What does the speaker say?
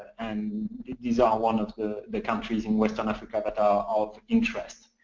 and these are one of the the countries in western africa that are of interest.